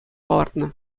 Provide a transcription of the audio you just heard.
палӑртнӑ